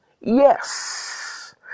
yes